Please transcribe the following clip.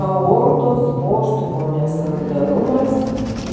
aortos vožtuvo nesandarumas